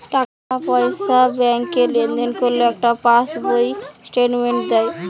টাকা পয়সা ব্যাংকে লেনদেন করলে একটা পাশ বইতে স্টেটমেন্ট দেয়